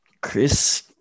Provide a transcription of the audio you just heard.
Chris